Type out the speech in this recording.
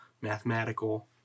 mathematical